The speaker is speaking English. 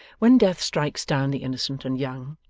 when death strikes down the innocent and young,